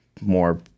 more